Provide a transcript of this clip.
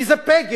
כי זה פגר.